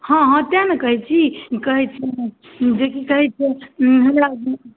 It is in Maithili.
हँ हँ तैँ ने कहै छी कहै छी जे कि कहीँ किछु हमरासभ